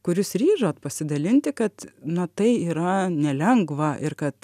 kur jūs ryžot pasidalinti kad na tai yra nelengva ir kad